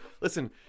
listen